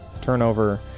turnover